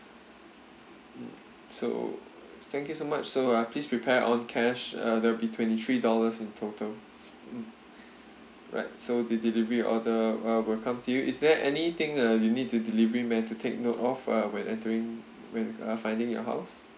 mm so thank you so much so uh please prepare on cash uh there will be twenty three dollars in total mm alright so the delivery order uh will come to you is there anything uh you need the delivery man to take note of uh when entering when uh finding your house